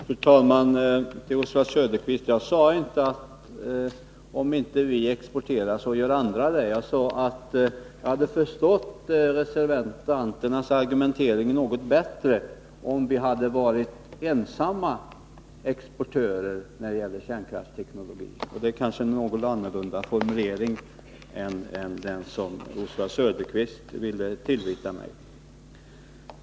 Fru talman! Jag sade inte, Oswald Söderqvist, att om inte vi exporterar så gör andra det. Jag sade att jag hade förstått reservanternas argumentering något bättre, om Sverige hade varit ensam exportör av kärnkraftsteknologi. Det är kanske en något annan formulering än den som Oswald Söderqvist ville tillvita mig.